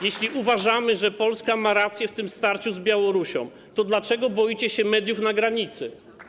Jeśli uważamy, że Polska ma rację w tym starciu z Białorusią, to dlaczego boicie się mediów na granicy?